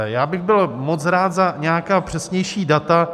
Já bych byl moc rád za nějaká přesnější data.